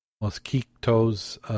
Mosquito's